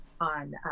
on